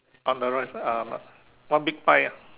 on the right side uh one big pie ah